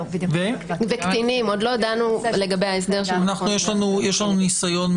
יש לנו ניסיון,